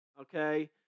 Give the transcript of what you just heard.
okay